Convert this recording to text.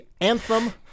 anthem